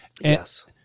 Yes